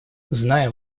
зная